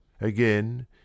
Again